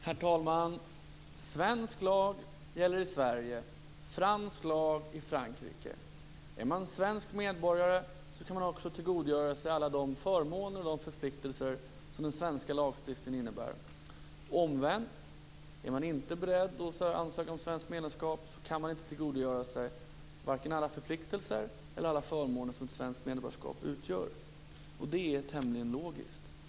Herr talman! Svensk lag gäller i Sverige. Fransk lag gäller i Frankrike. Är man svensk medborgare kan man också tillgodogöra sig alla de förmåner och alla de förpliktelser som den svenska lagstiftningen innebär. Omvänt: Om man inte är beredd att ansöka om svenskt medborgarskap kan man inte tillgodo göra sig vare sig alla förpliktelser eller alla förmåner som ett svenskt medborgarskap innebär. Det är tämligen logiskt.